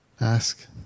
Ask